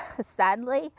Sadly